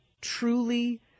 truly